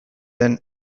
den